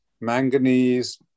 manganese